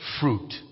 fruit